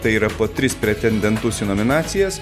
tai yra po tris pretendentus į nominacijas